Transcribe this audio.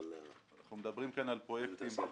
אנחנו מדברים כאן על פרויקטים.